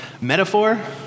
metaphor